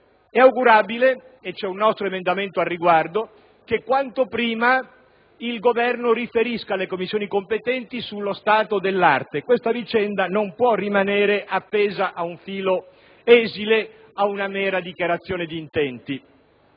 e abbiamo presentato un nostro emendamento al riguardo - che quanto prima il Governo riferisca alle Commissioni competenti sullo stato dell'arte; questa vicenda non può rimanere appesa ad un filo esile, ad una mera dichiarazione di intenti.